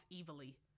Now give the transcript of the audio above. evilly